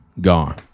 gone